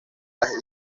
las